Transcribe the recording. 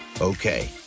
Okay